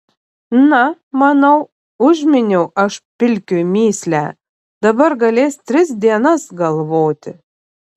na manau užminiau aš pilkiui mįslę dabar galės tris dienas galvoti